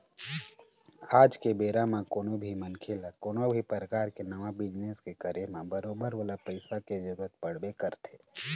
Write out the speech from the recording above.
आज के बेरा म कोनो भी मनखे ल कोनो भी परकार के नवा बिजनेस के करे म बरोबर ओला पइसा के जरुरत पड़बे करथे